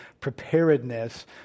preparedness